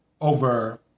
over